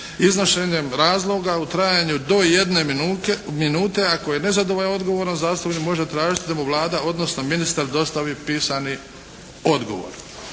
iznošenjem razloga u trajanju do jedne minute. Ako je nezadovoljan odgovorom zastupnik može tražiti da mu Vlada odnosno ministar dostavi pisani odgovor.